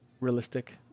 realistic